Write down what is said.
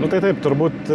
nu tai taip turbūt